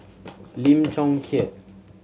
Lim Chong Keat